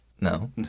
No